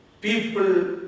people